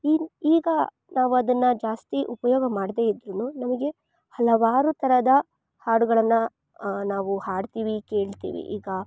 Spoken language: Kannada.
ಈಗ ಈಗ ನಾವದನ್ನು ಜಾಸ್ತಿ ಉಪಯೋಗ ಮಾಡದೆ ಇದ್ರು ನಮಗೆ ಹಲವಾರು ಥರದ ಹಾಡುಗಳನ್ನು ನಾವು ಹಾಡ್ತಿವಿ ಕೇಳ್ತಿವಿ ಈಗ